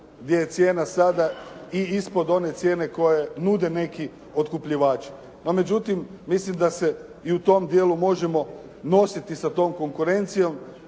gdje je cijena sada i ispod one cijene koje nude neki otkupljivači. No, međutim, mislim da se i u tom dijelu možemo nositi sa tom konkurencijom.